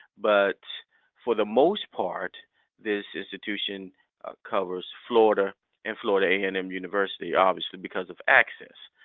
but for the most part this institution covers florida and florida a and m university obviously because of access.